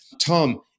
Tom